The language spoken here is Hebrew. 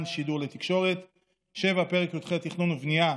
שידור לתקשורת); 7. פרק י"ח (תכנון ובנייה),